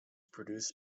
produced